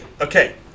okay